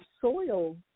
soil